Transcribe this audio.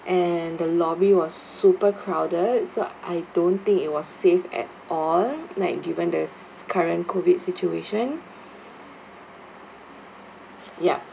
and the lobby was super crowded so I don't think it was safe at all like given this current COVID situation ya